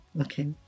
Okay